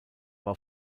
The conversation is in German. war